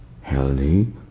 Healthy